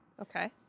Okay